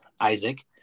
Isaac